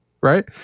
Right